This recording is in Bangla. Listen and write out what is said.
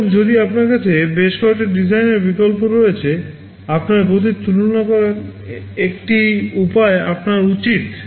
এবং যদি আপনার কাছে বেশ কয়েকটি ডিজাইনের বিকল্প রয়েছে আপনার গতির তুলনা করার একটি উপায় আপনার উচিত